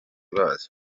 bazi